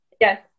Yes